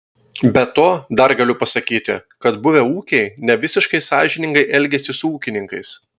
be to dar galiu pasakyti kad buvę ūkiai nevisiškai sąžiningai elgiasi su ūkininkais